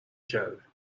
کرده